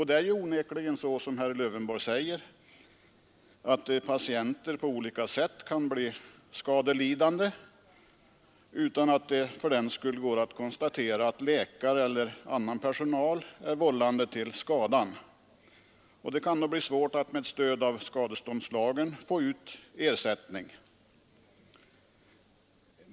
Det är onekligen så, som herr Lövenborg säger, att patienter på olika sätt kan bli skadelidande utan att det fördenskull går att konstatera att läkare eller annan personal är vållande till skadan, och det kan då vara svårt att med stöd av skadeståndslagen få ut ersättning.